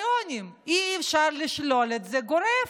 אי-אפשר לשלול את זה גורף.